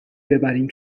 ببریم